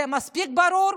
זה מספיק ברור?